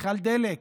מכל דלק.